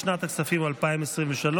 לשנת הכספים 2023,